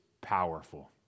powerful